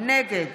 נגד